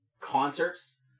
concerts